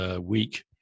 week